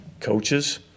coaches